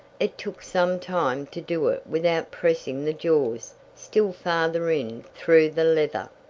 it took some time to do it without pressing the jaws still farther in through the leather,